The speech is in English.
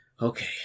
Okay